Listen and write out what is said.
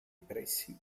pressi